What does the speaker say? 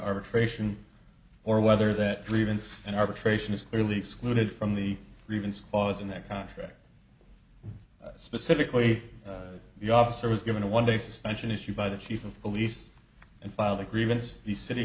arbitration or whether that grievance and arbitration is clearly excluded from the grievance clause in their contract specifically the officer was given a one day suspension issued by the chief of police and filed a grievance the city